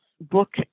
book